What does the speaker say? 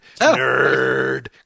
Nerd